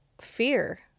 fear